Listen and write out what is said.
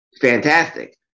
fantastic